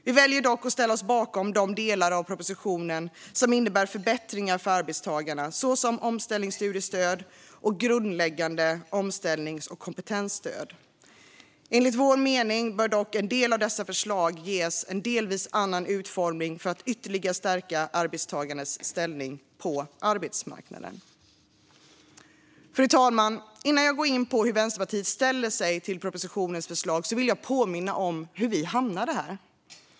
Vi väljer dock att ställa oss bakom de delar av propositionen som innebär förbättringar för arbetstagarna, såsom omställningsstudiestöd och grundläggande omställnings och kompetensstöd. Enligt vår mening bör dock en del av dessa förslag ges en delvis annan utformning för att ytterligare stärka arbetstagarnas ställning på arbetsmarknaden. Fru talman! Innan jag går in på hur Vänsterpartiet ställer sig till propositionens förslag vill jag påminna om hur vi hamnade här.